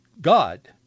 God